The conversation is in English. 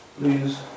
please